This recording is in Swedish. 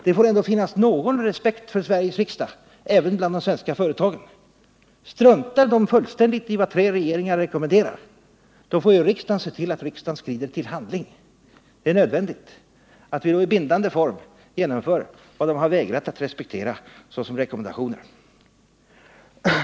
Det får ändå finnas någon respekt för Sveriges riksdag även bland de svenska företagen. Struntar de fullständigt i vad tre regeringar rekommenderar, då får riksdagen skrida till handling, då är det nödvändigt att vi i bindande form genomför vad de vägrat att respektera såsom rekommendationer.